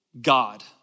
God